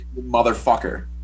Motherfucker